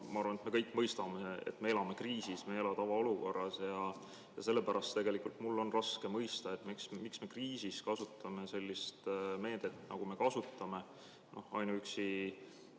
Ma arvan, et me kõik mõistame, et me elame kriisis, me ei ela tavaolukorras, ja sellepärast mul on raske mõista, miks me kriisis kasutame sellist meedet, nagu me kasutame. Ainuüksi